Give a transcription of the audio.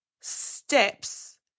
steps